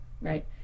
Right